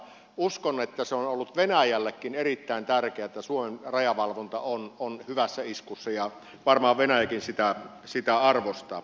uskon että se on ollut venäjällekin erittäin tärkeää että suomen rajavalvonta on hyvässä iskussa ja varmaan venäjäkin sitä arvostaa